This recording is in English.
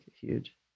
huge